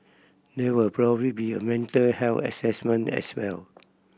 there would probably be a mental health assessment as well